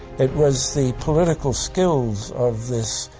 it was the political skills of this